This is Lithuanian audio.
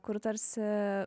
kur tarsi